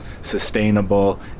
sustainable